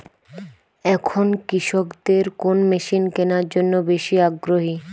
এখন কৃষকদের কোন মেশিন কেনার জন্য বেশি আগ্রহী?